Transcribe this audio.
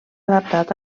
adaptat